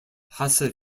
hasse